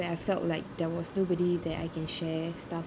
I felt like there was nobody that I can share stuff